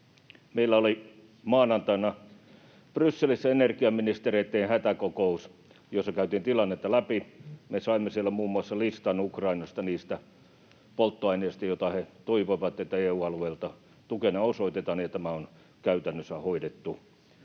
Meillä oli maanantaina Brysselissä energiaministereitten hätäkokous, jossa käytiin tilannetta läpi. Me saimme siellä muun muassa listan Ukrainasta niistä polttoaineista, joita he toivovat, että EU-alueelta tukena osoitetaan, ja tämä on käytännössä hoidettu.